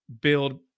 build